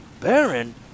Baron